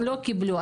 לא קיבלו.